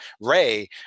Ray